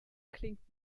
klingt